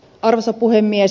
arvoisa puhemies